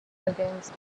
against